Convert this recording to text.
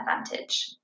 advantage